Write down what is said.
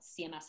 CMS